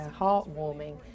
heartwarming